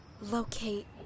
Locate